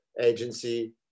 agency